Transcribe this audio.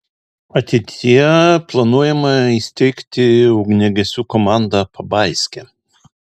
ateityje planuojama įsteigti ugniagesių komandą pabaiske